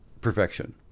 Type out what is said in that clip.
perfection